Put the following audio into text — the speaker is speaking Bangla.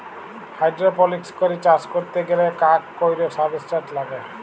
হাইড্রপলিক্স করে চাষ ক্যরতে গ্যালে কাক কৈর সাবস্ট্রেট লাগে